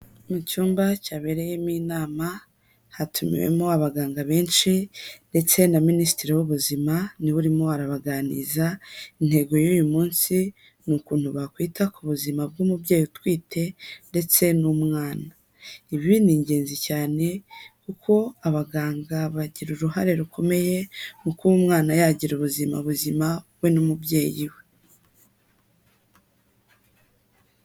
Mu cyumba cyabereyemo inama, hatumiwemo abaganga benshi, ndetse na Minisitiri w'Ubuzima, niwe urimo arabaganiza, intego y'uyu munsi, ni ukuntu bakwita ku buzima bw'umubyeyi utwite, ndetse n'umwana. Ibi ni ingenzi cyane, kuko abaganga bagira uruhare rukomeye, mu kuba umwana yagira ubuzima buzima, we n'umubyeyi we.